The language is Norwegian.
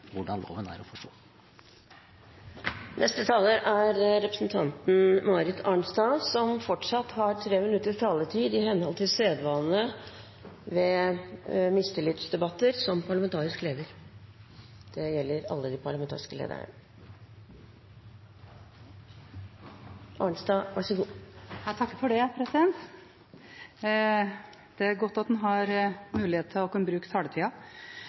hvordan loven er å forstå. Neste taler er representanten og parlamentarisk leder Marit Arnstad, som fortsatt har 3 minutters taletid i henhold til forretningsordenen ved slike debatter. Det gjelder alle de parlamentariske lederne. Det er godt at en har mulighet til å bruke taletida!